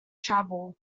travel